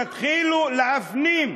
תתחילו להפנים: